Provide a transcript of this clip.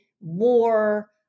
war